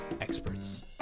experts